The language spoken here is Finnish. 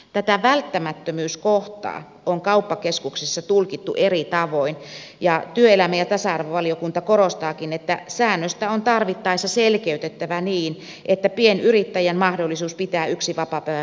tätä välttämättömyyskohtaa on kauppakeskuksissa tulkittu eri tavoin ja työelämä ja tasa arvovaliokunta korostaakin että säännöstä on tarvittaessa selkeytettävä niin että pienyrittäjän mahdollisuus pitää yksi vapaapäivä viikossa turvataan